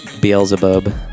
Beelzebub